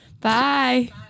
Bye